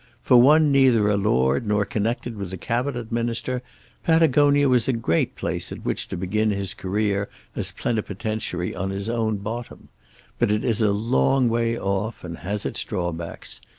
for one neither a lord nor connected with a cabinet minister patagonia was a great place at which to begin his career as plenipotentiary on his own bottom but it is a long way off and has its drawbacks.